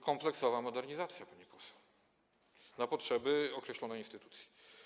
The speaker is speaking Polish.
Kompleksowa modernizacja, pani poseł, na potrzeby określonej instytucji.